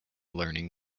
learning